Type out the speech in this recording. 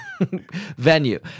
venue